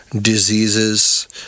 diseases